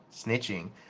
snitching